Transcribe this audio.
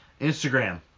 instagram